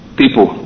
people